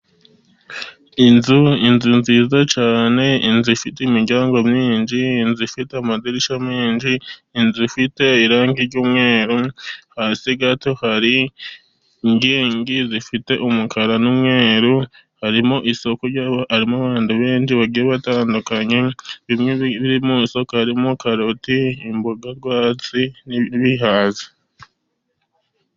Inzu, inzu nziza cyane. inzu ifite imiryango myinshi, inzu ifite amadirishya menshi, inzu ifite irangi ry' umweru. Hasi gato hari inkingi zifite umukara n'umweru. Harimo isoko, harimo abantu bagiye batandukanye. Bimwe mu biri mu isoko, harimo karoti, imboga rwatsi n'ibihaza.